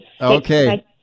Okay